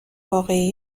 واقعی